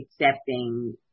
accepting